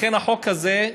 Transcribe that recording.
לכן החוק הזה,